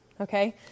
okay